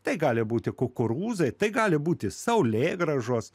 tai gali būti kukurūzai tai gali būti saulėgrąžos